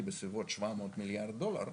היא בסביבות 700 מיליארד דולר,